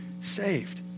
saved